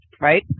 right